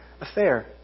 affair